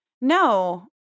no